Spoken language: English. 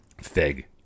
Fig